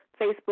Facebook